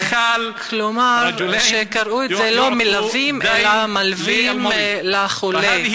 כלומר, קראו את זה לא מְלווים אלא מַלווים לחולה.